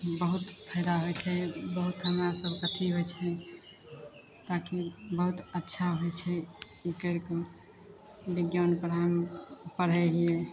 बहुत फायदा होइत छै बहुत हमरा सबके अथी होइत छै ताकि बहुत अच्छा होइत छै ई करिके बिज्ञान पढ़ाइ पढ़ैत हियै